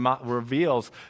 reveals